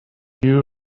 you